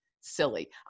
silly